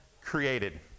created